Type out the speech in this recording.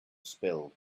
spilled